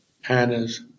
Hannah's